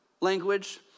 language